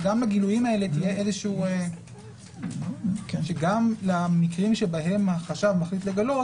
יכול להיות שגם למקרים שבהם החשב מחליט לגלות